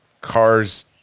cars